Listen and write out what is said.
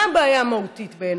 מה הבעיה המהותית בעיניי?